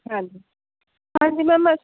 ਹਾਂਜੀ ਹਾਂਜੀ ਮੈਮ ਅਸੀਂ